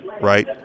right